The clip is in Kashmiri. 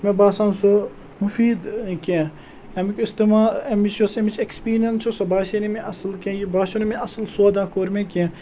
مےٚ باسان سُہ مُفیٖد کینٛہہ اَمیُک اِستعمال اَمِچ یۄس اَمِچ ایکٕسپیٖرینٕس چھِ سُہ باسے نہٕ مےٚ اَصٕل کینٛہہ یہِ باسیو نہٕ مےٚ اَصٕل سودا کوٚر مےٚ کینٛہہ